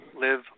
live